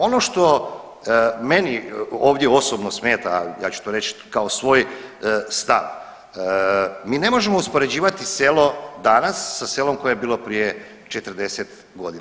Ono što meni ovdje osobno smeta, ja ću to reći kao svoj stav, mi ne možemo uspoređivati selo danas sa selom koje je bilo prije 40 godina.